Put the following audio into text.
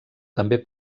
també